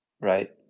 right